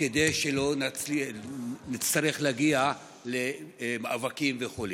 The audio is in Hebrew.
כדי שלא נצטרך להגיע למאבקים וכו'.